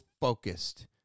focused